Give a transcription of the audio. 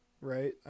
right